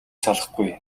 салахгүй